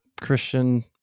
Christian